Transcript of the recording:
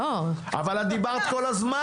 כבוד היו"ר,